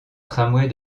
tramway